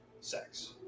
sex